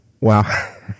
Wow